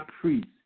priest